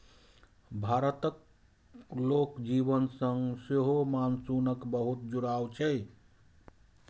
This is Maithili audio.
भारतक लोक जीवन सं सेहो मानसूनक बहुत जुड़ाव छै